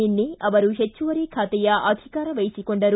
ನಿನ್ನೆ ಅವರು ಹೆಚ್ಚುವರಿ ಖಾತೆಯ ಅಧಿಕಾರ ವಹಿಸಿಕೊಂಡರು